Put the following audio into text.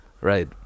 right